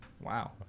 Wow